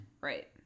Right